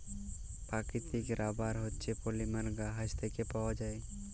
পাকিতিক রাবার হছে পলিমার গাহাচ থ্যাইকে পাউয়া যায়